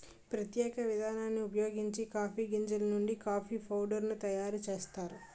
ప్రత్యేక విధానాన్ని ఉపయోగించి కాఫీ గింజలు నుండి కాఫీ పౌడర్ ను తయారు చేస్తారు